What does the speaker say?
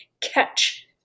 catch